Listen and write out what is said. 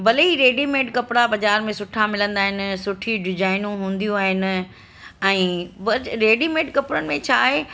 भले ही रेडीमेड कपिड़ा बाज़ारि में सुठा मिलंदा आहिनि सुठी डिजाइनूं हूंदियूं आहिनि ऐं बज रेडीमेड कपड़नि में छा आहे